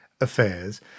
affairs